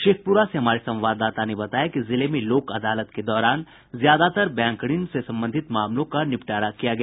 शेखपुरा से हमारे संवाददाता ने बताया कि जिले में लोक अदालत के दौरान ज्यादातर बैंक ऋण से संबंधित मामलों का निबटारा किया गया